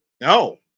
No